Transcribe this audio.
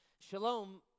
Shalom